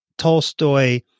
Tolstoy